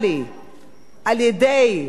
על-ידי החנות